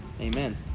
Amen